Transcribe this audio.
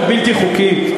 בהשתלטות בלתי חוקית?